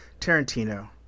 Tarantino